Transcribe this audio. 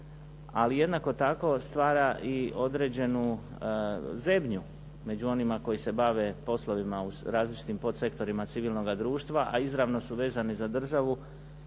ali jednako tako stvara i određenu zebnju među onima koji se bave poslovima u različitim podsektorima civilnoga društva a izravno su vezani za državu